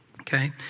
Okay